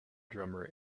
drummer